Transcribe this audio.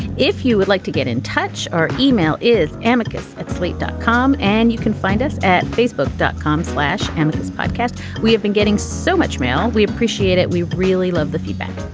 if you would like to get in touch our email is amicus at slate dot com and you can find us at facebook dot com slash amicus podcast. we have been getting so much mail we appreciate it. we really love the feedback.